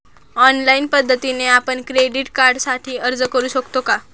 Online पद्धतीने आपण credit कार्डसाठी अर्ज करु शकतो का?